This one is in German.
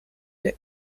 der